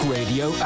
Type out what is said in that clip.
Radio